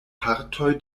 partoj